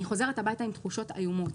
אני חוזרת הביתה עם תחושות איומות.